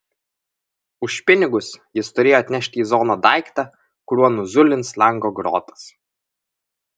už pinigus jis turėjo atnešti į zoną daiktą kuriuo nuzulins lango grotas